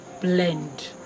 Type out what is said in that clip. blend